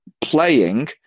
playing